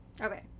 Okay